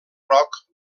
roc